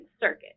Circuit